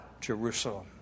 Jerusalem